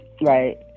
Right